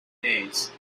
days